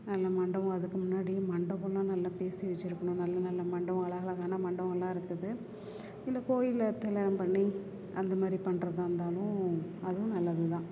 நல்ல மண்டபம் அதுக்கு முன்னாடி மண்டபமெலாம் நல்லா பேசி வெச்சுருக்கணும் நல்ல நல்ல மண்டபம் அலகழகான மண்டபமெலாம் இருக்குது இல்லை கோயிலில் கல்யாணம் பண்ணி அந்த மாதிரி பண்ணுறதா இருந்தாலும் அதுவும் நல்லது தான்